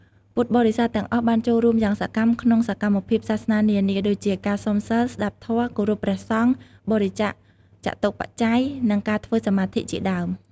ពុទ្ធបរិស័ទទាំងអស់បានចូលរួមយ៉ាងសកម្មក្នុងសកម្មភាពសាសនានានា ដូចជា ការសុំសីល ស្តាប់ធម៌ គោរពព្រះសង្ឃ បរិច្ចាគចតុបច្ច័យ និងការធ្វើសមាធិជាដើម។